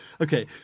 Okay